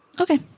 Okay